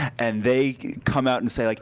and they come out and say, like